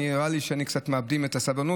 אבל נראה לי שקצת מאבדים את הסבלנות,